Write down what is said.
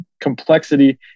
Complexity